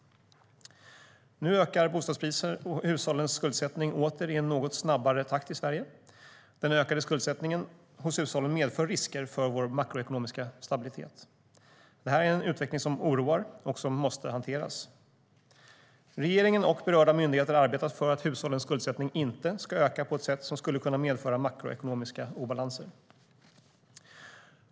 Nu ökar bostadspriserna och hushållens skuldsättning åter i en något snabbare takt i Sverige. Den ökande skuldsättningen hos hushållen medför risker för vår makroekonomiska stabilitet. Det här är en utveckling som oroar och som måste hanteras. Regeringen och berörda myndigheter arbetar för att hushållens skuldsättning inte ska öka på ett sätt som skulle kunna medföra makroekonomiska obalanser.